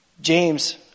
James